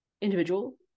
individual